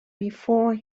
before